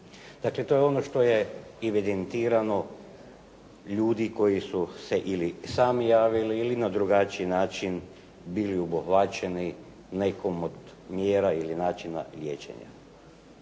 Dakle to je ono što je evidentirano, ljudi koji su se ili sami javili ili na drugačiji način bili obuhvaćeni nekom od mjera ili načina liječenja.